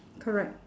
correct